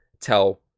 tell